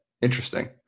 interesting